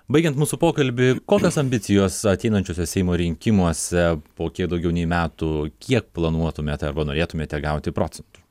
baigiant mūsų pokalbį kokios ambicijos ateinančiuose seimo rinkimuose po kiek daugiau nei metų kiek planuotumėte arba norėtumėte gauti procentų